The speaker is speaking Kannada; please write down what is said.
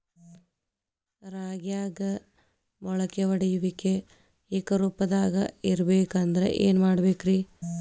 ರಾಗ್ಯಾಗ ಮೊಳಕೆ ಒಡೆಯುವಿಕೆ ಏಕರೂಪದಾಗ ಇರಬೇಕ ಅಂದ್ರ ಏನು ಮಾಡಬೇಕ್ರಿ?